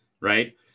right